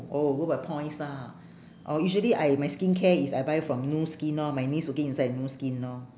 oh go by points lah oh usually I my skincare is I buy from nu skin lor my niece working inside nu skin lor